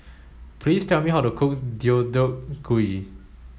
please tell me how to cook Deodeok Gui